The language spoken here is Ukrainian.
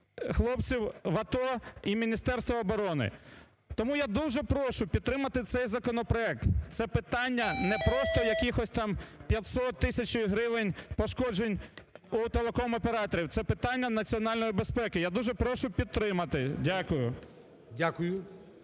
хлопців в АТО і Міністерства оборони. Тому я дуже прошу підтримати цей законопроект, це питання не просто якихось там 500-1000 гривень пошкоджень у телекомоператорів, це питання національної безпеки. Я дуже прошу підтримати. Дякую.